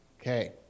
okay